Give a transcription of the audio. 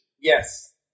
Yes